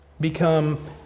become